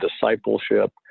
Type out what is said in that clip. discipleship